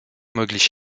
möglich